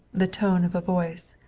the tone of a voice.